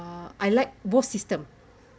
uh I like both system